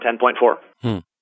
10.4